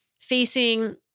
facing